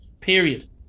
period